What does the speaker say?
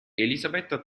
elisabetta